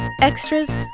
extras